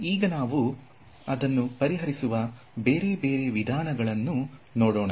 ಈಗ ನಾವು ಅದನ್ನು ಪರಿಹರಿಸುವ ಬೇರೆ ಬೇರೆ ವಿಧಾನಗಳನ್ನು ನೋಡೋಣ